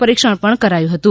પરીક્ષણ પણ કરાયું હતું